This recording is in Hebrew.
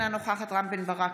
אינה נוכחת רם בן ברק,